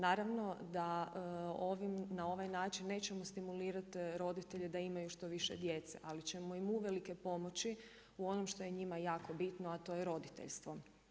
Naravno da ovim, na ovaj način nećemo stimulirati roditelje da imaju što više djece, ali ćemo im uvelike pomoći u onom što je njima jako bitno a to je roditeljstvo.